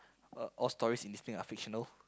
uh all stories in this thing are fictional